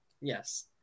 yes